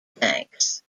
banks